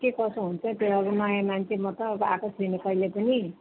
के कसो हुन्छ त्यहाँ नयाँ मान्छे म त अब आएको छुइनँ कहिले पनि